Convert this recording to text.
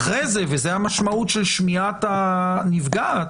וזאת המשמעות של שמיעת הנפגעת.